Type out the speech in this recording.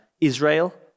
Israel